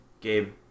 Gabe